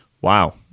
Wow